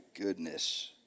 goodness